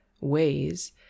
ways